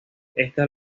esta